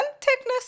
Thickness